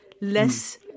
less